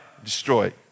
destroyed